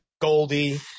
Goldie